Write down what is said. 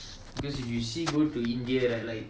because if you see go to india right like